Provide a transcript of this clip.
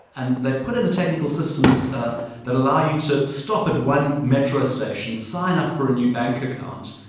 and they put in the technical systems that allow you to stop at one metro station, sign up for a new bank account,